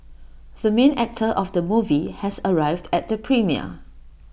the main actor of the movie has arrived at the premiere